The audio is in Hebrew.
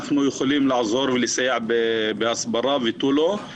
אנחנו יכולים לעזור ולסייע בהסברה ותו לא.